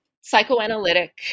psychoanalytic